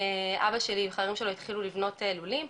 אבא שלי וחברים שלו התחילו לבנות לולים,